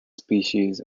species